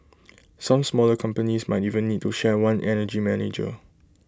some smaller companies might even need to share one energy manager